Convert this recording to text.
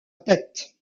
tête